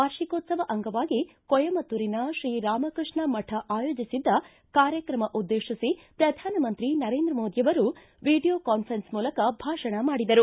ವಾರ್ಷಿಕೋತ್ಸವ ಅಂಗವಾಗಿ ಕೊಯಮತ್ತೂರಿನ ಶ್ರೀ ರಾಮಕೃಷ್ಣ ಮಠ ಆಯೋಜಿಸಿದ್ದ ಕಾರ್ಯತ್ರಮ ಉದ್ದೇಶಿಸಿ ಪ್ರಧಾನಮಂತ್ರಿ ನರೇಂದ್ರ ಮೋದಿ ಅವರು ವಿಡಿಯೋ ಕಾನ್ಫೆರೆನ್ಸ್ ಮೂಲಕ ಭಾಷಣ ಮಾಡಿದರು